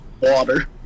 Water